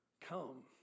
Come